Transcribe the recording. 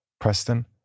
Preston